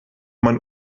man